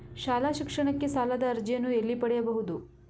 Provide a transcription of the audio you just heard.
ಶಾಲಾ ಶಿಕ್ಷಣಕ್ಕೆ ಸಾಲದ ಅರ್ಜಿಯನ್ನು ಎಲ್ಲಿ ಪಡೆಯಬಹುದು?